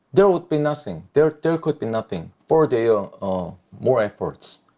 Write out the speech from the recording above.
there would be nothing. there there could be nothing for their more efforts.